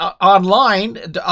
online